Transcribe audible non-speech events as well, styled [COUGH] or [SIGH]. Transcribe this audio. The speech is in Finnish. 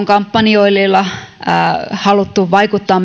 [UNINTELLIGIBLE] kampanjoinnilla on haluttu vaikuttaa [UNINTELLIGIBLE]